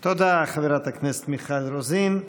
תודה, חברת הכנסת מיכל רוזין.